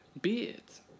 Beards